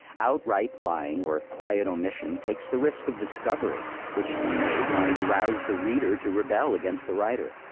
outright lying or quiet omission takes the risk of discovery which, when made, might arouse the reader to rebel against the writer.